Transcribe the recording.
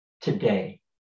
Today